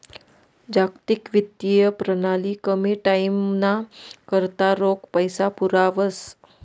जागतिक वित्तीय प्रणाली कमी टाईमना करता रोख पैसा पुरावस